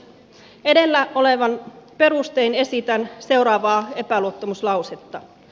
edellä olevin perustein esitän seuraavaa epäluottamuslausetta